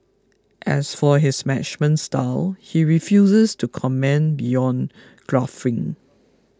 as for his management style he refuses to comment beyond guffawing